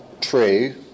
true